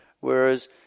Whereas